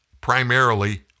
primarily